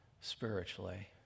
spiritually